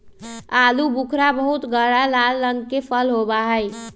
आलू बुखारा बहुत गहरा लाल रंग के फल होबा हई